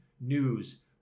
News